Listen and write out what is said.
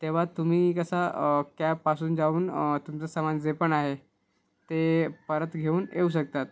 तेव्हा तुम्ही कसा कॅबपासून जाऊन तुमचं सामान जे पण आहे ते परत घेऊन येऊ शकतात